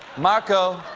marco.